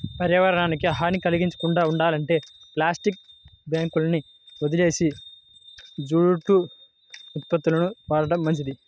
పర్యావరణానికి హాని కల్గించకుండా ఉండాలంటే ప్లాస్టిక్ బ్యాగులని వదిలేసి జూటు ఉత్పత్తులను వాడటం మంచిది